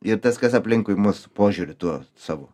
ir tas kas aplinkui mus požiūriu tuo savo